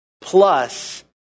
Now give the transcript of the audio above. plus